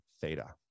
theta